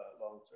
long-term